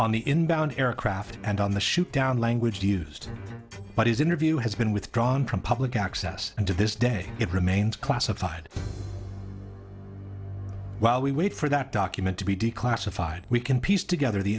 on the inbound aircraft and on the shoot down language he used but his interview has been withdrawn from public access and to this day it remains classified while we wait for that document to be declassified we can piece together the